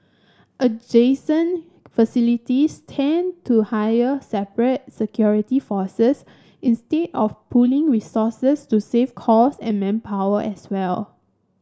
adjacent facilities tend to hire separate security forces instead of pooling resources to save cost and manpower as well